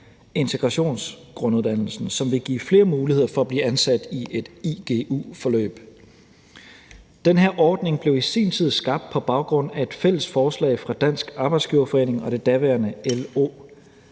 integrationsgrunduddannelsen, som vil give flere mulighed for at blive ansat i et igu-forløb. Den her ordning blev i sin tid skabt på baggrund af et fælles forslag fra Dansk Arbejdsgiverforening og det daværende LO,